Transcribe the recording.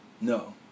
No